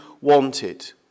wanted